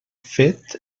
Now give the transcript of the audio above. fet